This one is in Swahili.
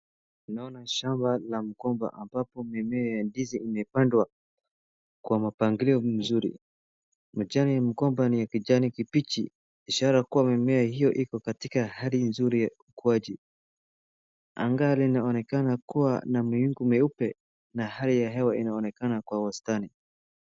Naona shamba la mgomba ambapo mimea ya ndizi imepandwa kwa mpangilio mzuri. Majani ya mgomba ni kijani kibichi, ishara kuwa mimea hiyo iko katika hali mzuri ya ukuaji. Anga linaonekana kuwa na mawingu meupe na hali ya hewa inaonekana kwa wastani.